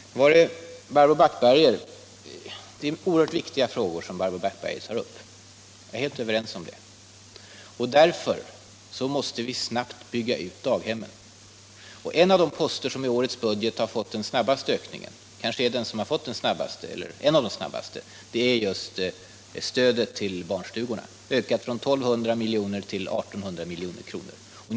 Så till Barbro Backberger. Hon tar upp oerhört viktiga frågor. Vi är överens i dem. Därför måste vi snabbt bygga ut daghemmen. En av de poster som i årets budget har fått den största ökningen är just stödet till barnstugorna. Det har ökat från 1 200 milj.kr. till 1800 milj.kr.